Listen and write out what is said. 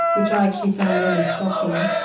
which i actually found really shocking.